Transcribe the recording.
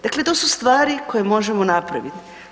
Dakle, to su stvari koje možemo napraviti.